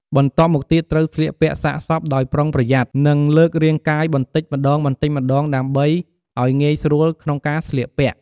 បន្ទាប់មកទៀតត្រូវស្លៀកពាក់សាកសពដោយប្រុងប្រយ័ត្ន និងលើករាងកាយបន្តិចម្ដងៗដើម្បីឱ្យងាយស្រួលក្នុងការស្លៀកពាក់។